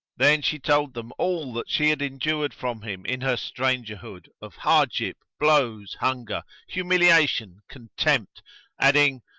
then she told them all that she had endured from him in her stranger hood of hardship, blows, hunger, humiliation, contempt, adding,